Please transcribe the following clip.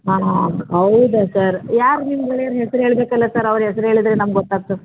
ಹಾಂ ಹಾಂ ಹೌದಾ ಸರ್ ಯಾರು ನಿಮ್ಮ ಗೆಳೆಯರ ಹೆಸ್ರು ಹೇಳ್ಬೇಕಲ್ಲ ಸರ್ ಅವ್ರ ಹೆಸ್ರು ಹೇಳಿದ್ರೆ ನಮ್ಗೆ ಗೊತ್ತಾಗ್ತದೆ